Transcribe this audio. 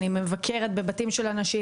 אני מבקרת בבתים של אנשים,